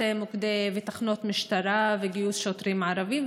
מוקדים ותחנות משטרה וגיוס שוטרים ערבים,